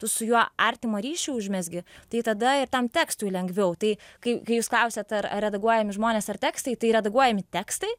tu su juo artimą ryšį užmezgi tai tada ir tam tekstui lengviau tai kai kai jūs klausiat ar ar redaguojami žmonės ar tekstai tai redaguojami tekstai